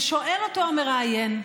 ושואל אותו המראיין: